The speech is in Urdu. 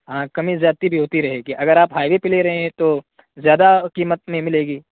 ہاں کمی زیادتی بھی ہوتی رہے گی اگر آپ ہائی وے پہ لے رہے ہیں تو زیادہ قیمت میں ملے گی